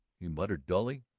he muttered dully.